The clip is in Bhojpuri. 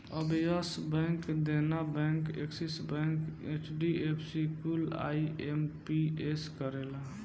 अब Yes Bank, Dena Bank, Axis Bank, HDFC कुल आई.एम.पी.एस करेला